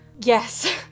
yes